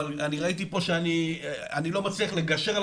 אבל אני ראיתי פה שאני לא מצליח לגשר על